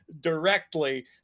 directly